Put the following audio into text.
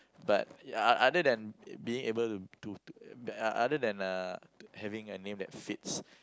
but o~ other than being able to to to uh other than uh to having a name that fits